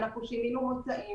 אנחנו שינינו מוצאים.